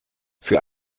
für